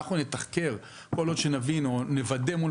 אנחנו נתחקר כל עוד נבין או נוודא מול